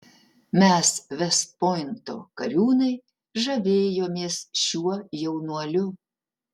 mes vest pointo kariūnai žavėjomės šiuo jaunuoliu